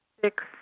Six